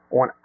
on